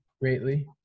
greatly